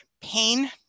pain